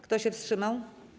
Kto się wstrzymał?